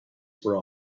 were